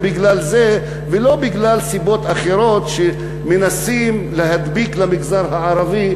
ובגלל זה ולא בגלל סיבות אחרות שמנסים להדביק למגזר הערבי,